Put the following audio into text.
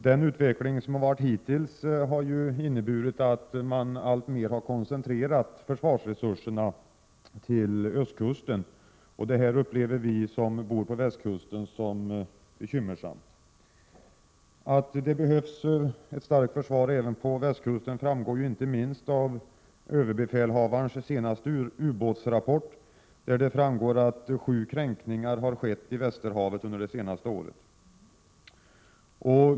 Den hittillsvarande utvecklingen har ju inneburit att man alltmer har koncentrerat försvarsresurserna till östkusten. Detta upplever vi som bor på västkusten som bekymmersamt. Att det behövs ett starkt försvar även på västkusten framgår ju inte minst av överbefälhavarens senaste ubåtsrapport, där det står att sju kränkningar har skett i Västerhavet under det senaste året.